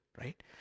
Right